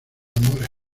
amores